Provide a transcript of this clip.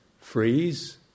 freeze